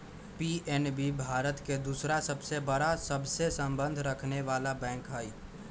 PNB Bharat के दूसरा सबसे बड़ा सबसे संबंध रखनेवाला बैंक हई